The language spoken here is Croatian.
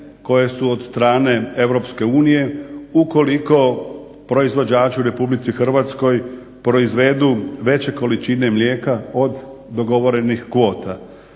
koje su od strane EU ukoliko proizvođač u Republici Hrvatskoj proizvedu veće količine mlijeka od dogovorenih kvota.